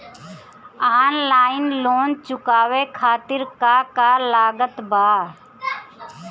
Online loan चुकावे खातिर का का लागत बा?